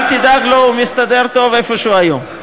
אל תדאג לו, הוא מסתדר טוב איפה שהוא היום.